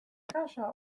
kasa